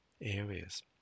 areas